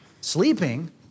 Sleeping